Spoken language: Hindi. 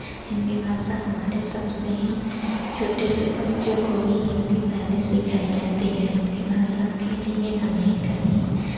हिन्दी भाषा हमारे सबसे ही छोटे से बच्चों को भी हिन्दी पहले सिखाई जाती है हिन्दी भाषा के लिए हमें कहीं